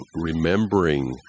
remembering